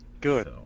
Good